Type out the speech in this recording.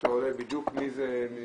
כשאתה עולה בדיוק מי נמצא,